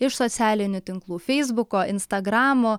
iš socialinių tinklų feisbuko instagramo